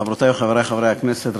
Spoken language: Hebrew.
חברותי וחברי חברי הכנסת,